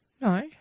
No